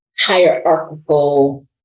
Hierarchical